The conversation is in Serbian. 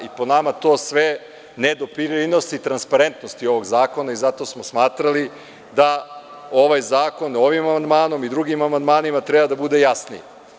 Po nama, to sve ne doprinosi transparentnosti ovog zakona i zato smo smatrali da ovaj zakon ovim amandmanom i drugim amandmanima treba da bude jasniji.